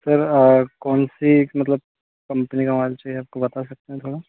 sir कौन सी मतलब कंपनी का मोबाइल चाहिए आपको बता सकते हैं थोड़ा